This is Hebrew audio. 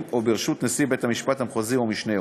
או ברשות נשיא בית-המשפט המחוזי או משנהו.